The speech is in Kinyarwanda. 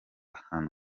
ahantu